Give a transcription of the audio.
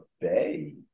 Bay